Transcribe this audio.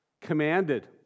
commanded